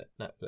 Netflix